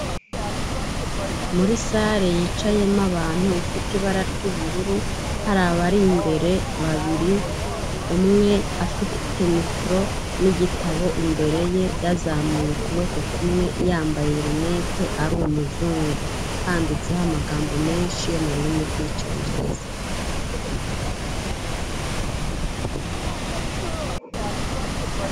Muri sale yicayemo abantu ifite ibara ry'ubururu hari abari imbere babiri, umwe afite mikoro n'igitabo imbere ye yazamuye ukuboko kumwe yambaye rinete ari umuzungu, handitseho amagambo menshi yo mu rurimi rw'icyongereza.